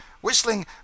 whistling